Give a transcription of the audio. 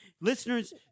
Listeners